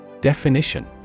Definition